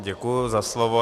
Děkuji za slovo.